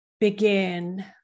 begin